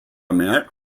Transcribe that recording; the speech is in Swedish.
mer